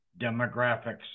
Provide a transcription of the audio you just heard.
demographics